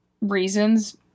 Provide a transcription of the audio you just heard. reasons